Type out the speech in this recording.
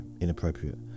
inappropriate